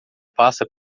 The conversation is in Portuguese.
passa